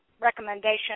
recommendation